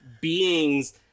beings